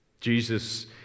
Jesus